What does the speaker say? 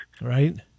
Right